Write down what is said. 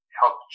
help